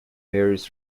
berries